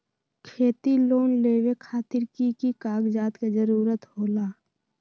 खेती लोन लेबे खातिर की की कागजात के जरूरत होला?